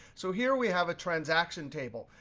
so here, we have a transaction table.